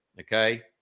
Okay